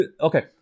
okay